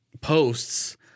posts